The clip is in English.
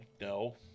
No